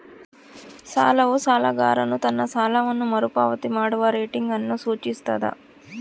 ಸಾಲವು ಸಾಲಗಾರನು ತನ್ನ ಸಾಲವನ್ನು ಮರುಪಾವತಿ ಮಾಡುವ ರೇಟಿಂಗ್ ಅನ್ನು ಸೂಚಿಸ್ತದ